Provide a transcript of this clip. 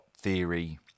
theory